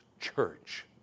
church